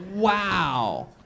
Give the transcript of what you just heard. Wow